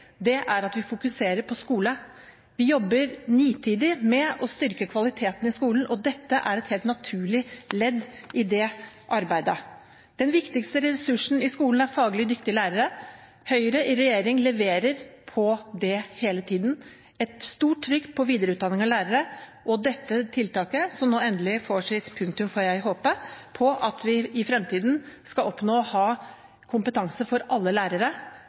er at vi fokuserer på skole. Vi gjør en nitid jobb med å styrke kvaliteten i skolen, og dette er et helt naturlig ledd i det arbeidet. Den viktigste ressursen i skolen er faglig dyktige lærere. Høyre i regjering leverer på det hele tiden. Et stort trykk på videreutdanning av lærere – og dette tiltaket, som nå endelig får sitt punktum, får jeg håpe – gjør at vi i fremtiden skal oppnå kompetanse for alle lærere